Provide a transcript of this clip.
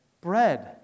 bread